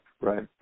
Right